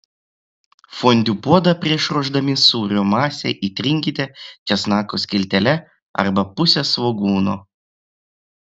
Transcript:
fondiu puodą prieš ruošdami sūrio masę įtrinkite česnako skiltele arba puse svogūno